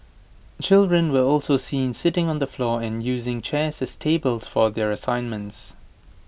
children were also seen sitting on the floor and using chairs as tables for their assignments